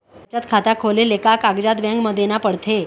बचत खाता खोले ले का कागजात बैंक म देना पड़थे?